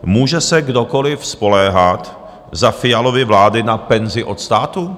Může se kdokoliv spoléhat za Fialovy vlády na penzi od státu?